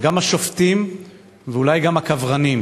גם השופטים ואולי גם הקברנים.